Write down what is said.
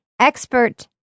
Expert